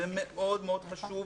זה מאוד מאוד חשוב,